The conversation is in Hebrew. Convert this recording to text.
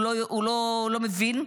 הוא לא מבין,